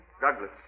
Douglas